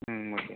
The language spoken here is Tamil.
ம் ஓகே